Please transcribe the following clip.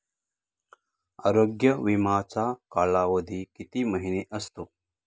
आरोग्य विमाचा कालावधी किती महिने असतो?